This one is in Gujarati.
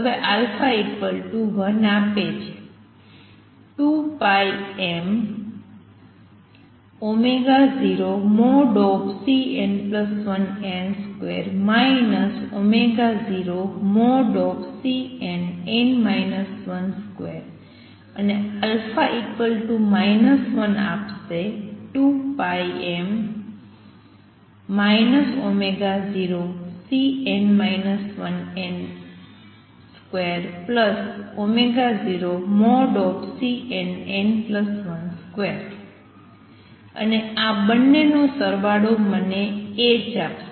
હવે α1 આપે છે 2πm0|Cn1n |2 0|Cnn 1 |2 અને α 1 આપશે 2πm ω0Cn 1n |20Cnn1 |2 અને આ બંને નો સરવાળો મને h આપશે